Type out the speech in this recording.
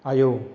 आयौ